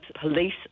police